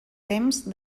temps